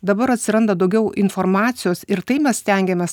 dabar atsiranda daugiau informacijos ir tai mes stengiamės